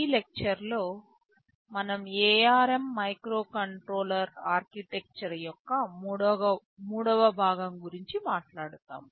ఈ లెక్చెర్ లో మనం ARM మైక్రోకంట్రోలర్ ఆర్కిటెక్చర్ యొక్క మూడవ భాగం గురించి మాట్లాడుతాము